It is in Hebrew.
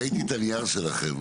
ראיתי את הנייר שלכם.